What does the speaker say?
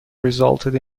resulted